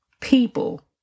people